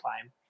time